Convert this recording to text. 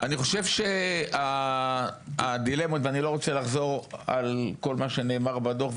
אני לא רוצה לחזור על כל מה שנאמר בדוח.